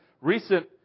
recent